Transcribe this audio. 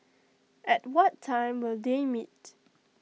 at what time will they meet